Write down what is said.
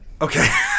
Okay